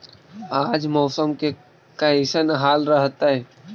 आज मौसम के कैसन हाल रहतइ?